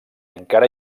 encara